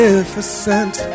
Magnificent